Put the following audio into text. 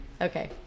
Okay